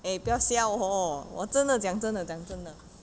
eh 不要笑 hor 我真的讲真的讲真的讲真的